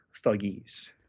thuggies